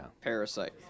Parasite